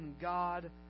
God